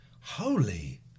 holy